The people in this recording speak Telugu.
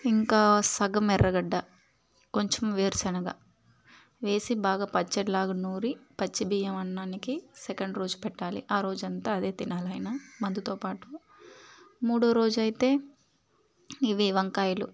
ఇంకా సగం ఎర్రగడ్డ కొంచెం వేరుశెనగ వేసి బాగా పచ్చడిలాగా నూరి పచ్చి బియ్యమన్నానికి సెకండ్ రోజు పెట్టాలి ఆ రోజంతా అదే తినాలాయన మందుతో పాటు మూడో రోజైతే ఇవి వంకాయలు